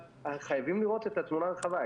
חייבים לראות את התמונה הרחבה.